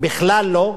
בכלל לא,